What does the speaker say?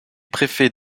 préfets